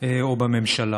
או בממשלה.